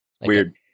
Weird